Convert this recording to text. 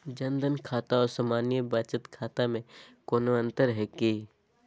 जन धन खाता और सामान्य बचत खाता में कोनो अंतर है की?